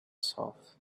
south